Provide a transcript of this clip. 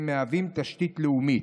והם מהווים תשתית לאומית.